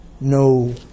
No